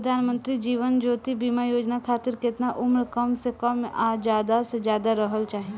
प्रधानमंत्री जीवन ज्योती बीमा योजना खातिर केतना उम्र कम से कम आ ज्यादा से ज्यादा रहल चाहि?